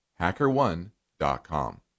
HackerOne.com